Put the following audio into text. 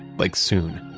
like soon